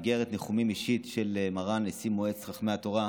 איגרת ניחומים אישית של מרן נשיא מועצת חכמי התורה,